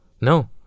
no